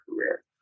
career